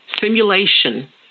simulation